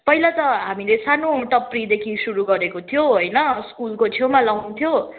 पहिला त हामीले सानो टप्रीदेखि सुरु गरेको थियो होइन स्कुलको छेउमा लगाउँथ्यौँ